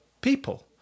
people